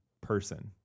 person